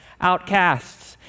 outcasts